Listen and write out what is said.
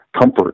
comfort